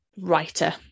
writer